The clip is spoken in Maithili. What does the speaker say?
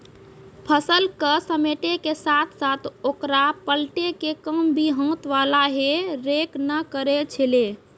फसल क समेटै के साथॅ साथॅ होकरा पलटै के काम भी हाथ वाला हे रेक न करै छेलै